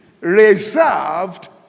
reserved